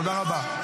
תודה רבה.